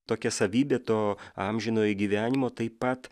tokia savybė to amžinojo gyvenimo taip pat